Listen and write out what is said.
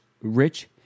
rich